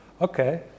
Okay